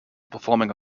performing